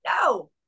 No